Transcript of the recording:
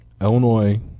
Illinois